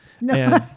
No